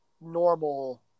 normal